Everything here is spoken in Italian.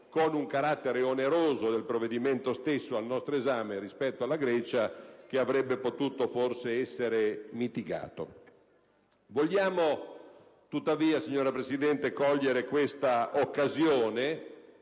con un carattere oneroso del provvedimento stesso al nostro esame rispetto alla Grecia che avrebbe potuto, forse, essere mitigato. Tuttavia, signora Presidente, vogliamo cogliere tale occasione